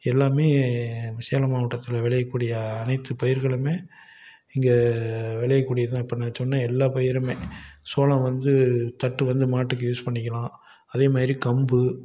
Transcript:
எல்லாம் சேலம் மாவட்டத்தில் விளையக்கூடிய அனைத்து பயிர்களும் இங்கே விளையக்கூடியது தான் இப்போ நான் சொன்ன எல்லா பயிரும் சோளம் வந்து தட்டு வந்து மாட்டுக்கு யூஸ் பண்ணிக்கலாம் அதேமாதிரி கம்பு